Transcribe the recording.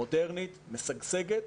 מודרנית, משגשגת